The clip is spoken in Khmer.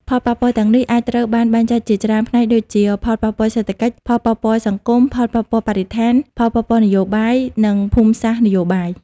ផលប៉ះពាល់ទាំងនេះអាចត្រូវបានបែងចែកជាច្រើនផ្នែកដូចជា ផលប៉ះពាល់សេដ្ឋកិច្ច ផលប៉ះពាល់សង្គម ផលប៉ះពាល់បរិស្ថាន ផលប៉ះពាល់នយោបាយ និងភូមិសាស្ត្រនយោបាយ។